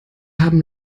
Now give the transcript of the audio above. haben